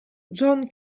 john